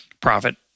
profit